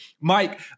Mike